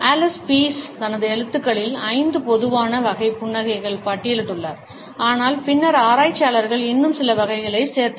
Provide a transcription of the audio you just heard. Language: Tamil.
ஆலன் பீஸ் தனது எழுத்துக்களில் 5 பொதுவான வகை புன்னகைகளை பட்டியலிட்டுள்ளார் ஆனால் பின்னர் ஆராய்ச்சியாளர்கள் இன்னும் சில வகைகளைச் சேர்த்தனர்